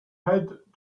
head